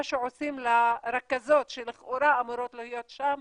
שעושים לרכזות שלכאורה אמורות להיות שם,